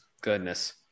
Goodness